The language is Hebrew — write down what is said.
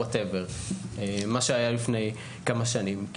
whatever, מה שהיה לפני כמה שנים.